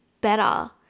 better